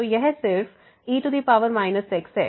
तो यह सिर्फe x है